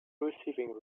receiving